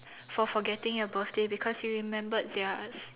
for forgetting your birthday because you remembered theirs